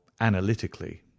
analytically